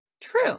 True